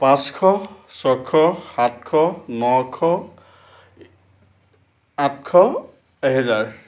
পাঁচশ ছয়শ সাতশ নশ আঠশ এহেজাৰ